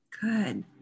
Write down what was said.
Good